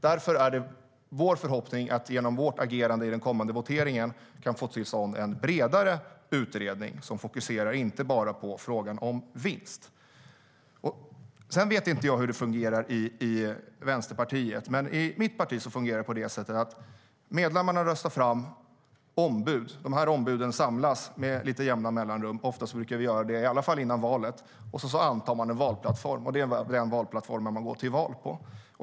Därför är vår förhoppning att vårt agerande i den kommande voteringen kan leda till en bredare utredning som inte bara fokuserar på frågan om vinst. Jag vet inte hur det fungerar i Vänsterpartiet. Men i mitt parti röstar medlemmarna fram ombud. De ombuden samlas med jämna mellanrum. Vi brukar i alla fall göra det före valet. Då antar man en valplattform. Det är den valplattformen som man går till val på.